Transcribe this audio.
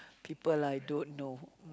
people I don't know